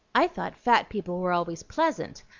i thought fat people were always pleasant.